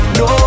no